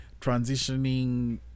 transitioning